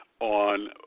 on